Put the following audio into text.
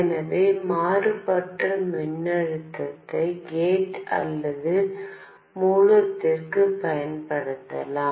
எனவே மாறுபட்ட மின்னழுத்தத்தை கேட் அல்லது மூலத்திற்குப் பயன்படுத்தலாம்